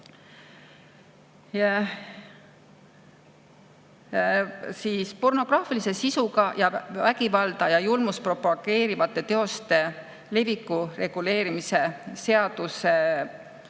saab. Pornograafilise sisuga ja vägivalda või julmust propageerivate teoste leviku reguleerimise seaduse